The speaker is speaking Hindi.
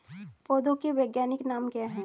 पौधों के वैज्ञानिक नाम क्या हैं?